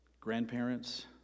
grandparents